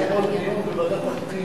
היה אתמול דיון בוועדת הפנים,